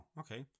okay